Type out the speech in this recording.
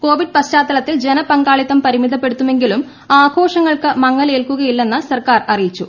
Covid പശ്ചാത്തലത്തിൽ ജനപങ്കാളിത്തം പരിമിതപ്പെടുത്തുമെങ്കിലും ആഘോഷങ്ങൾക്ക് മങ്ങൽ ഏൽക്കുകയില്ലെന്ന് സർക്കാർ അറിയിച്ചു